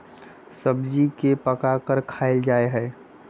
सब्जी के पकाकर खायल जा हई